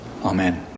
Amen